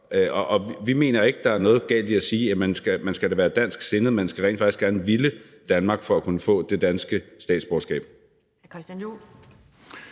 Vi mener ikke, der er noget galt i at sige, at man da skal være dansk sindet. Man skal rent faktisk gerne ville Danmark for at kunne få det danske statsborgerskab.